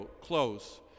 close